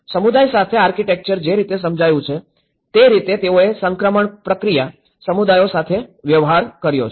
સમુદાય સાથે આર્કિટેક્ચર જે રીતે સમજાયું છે તે રીતે તેઓએ સંક્રમણ પ્રક્રિયા સમુદાયો સાથે વ્યવહાર કર્યો છે